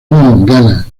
ghana